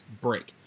break